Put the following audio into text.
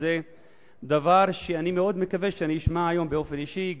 זה דבר שאני מאוד מקווה שאני אשמע היום באופן אישי,